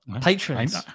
patrons